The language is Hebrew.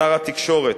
שר התקשורת,